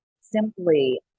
simply